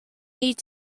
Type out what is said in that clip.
need